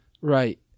right